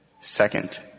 Second